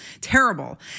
terrible